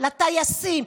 לטייסים,